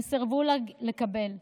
הם סירבו לקבל.